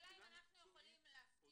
אם אין דוגמה, אז אנחנו לא יכולים לדעת.